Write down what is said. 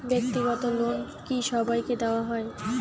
ব্যাক্তিগত লোন কি সবাইকে দেওয়া হয়?